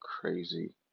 crazy